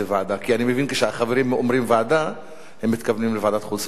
כי אני מבין שכשהחברים אומרים "ועדה" הם מתכוונים לוועדת החוץ והביטחון,